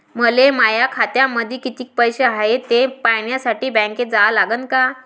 मले माया खात्यामंदी कितीक पैसा हाय थे पायन्यासाठी बँकेत जा लागनच का?